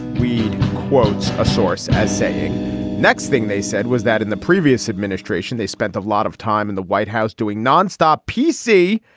read quotes a source as saying next thing they said was that in the previous administration they spent a lot of time in the white house doing nonstop. p s.